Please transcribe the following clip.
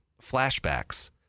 flashbacks